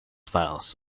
files